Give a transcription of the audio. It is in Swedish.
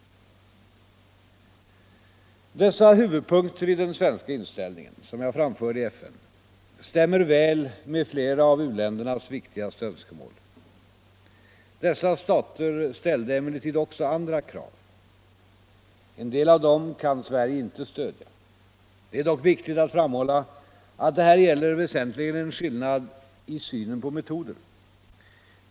Dessa huvudpunkter i den svenska inställningen, som jag framförde i FN, stämmer väl med flera av u-ländernas viktigaste önskemål. Dessa stater ställer emellertid också andra krav. En del av dessa kan Sverige inte stödja. Det är dock viktigt att framhålla att det här väsentligen gäller en skillnad i synen på metoder.